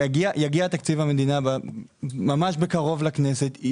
יגיע תקציב המדינה ממש בקרוב לכנסת,